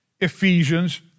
Ephesians